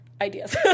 ideas